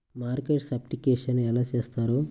Market certification ఎలా చేస్తారు?